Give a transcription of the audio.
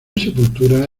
sepultura